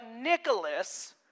Nicholas